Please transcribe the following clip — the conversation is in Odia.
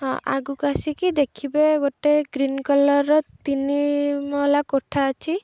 ହଁ ଆଗକୁ ଆସିକି ଦେଖିବେ ଗୋଟେ ଗ୍ରୀନ୍ କଲରର ତିନି ମହଲା କୋଠା ଅଛି